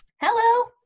Hello